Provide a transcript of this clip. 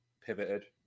pivoted